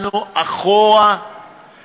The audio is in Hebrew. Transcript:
היהדות, היה מוזמן.